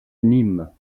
nîmes